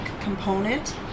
component